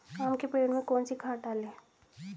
आम के पेड़ में कौन सी खाद डालें?